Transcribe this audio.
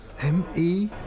M-E